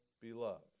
beloved